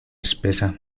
espesa